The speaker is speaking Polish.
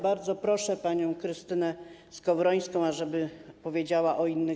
Bardzo proszę panią Krystynę Skowrońską, ażeby powiedziała o innych.